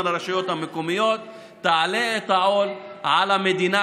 לרשויות המקומיות ותעלה את העול על המדינה,